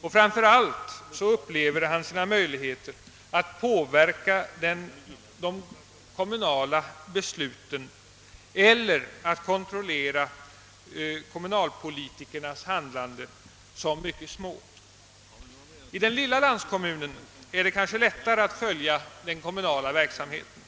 Och framför allt upplever han sina möjligheter att påverka de kommunala besluten eller att kontrollera kommunalpolitikernas handlande som mycket små. I den lilla landskommunen är det kanske lättare att följa den kommunala verksamheten.